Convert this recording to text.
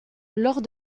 lors